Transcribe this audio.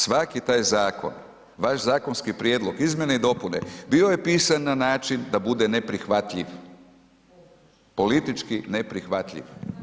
Svaki taj zakon, vaš zakonski prijedlog, izmjene i dopune, bio je pisan na način da bude neprihvatljiv, politički neprihvatljiv.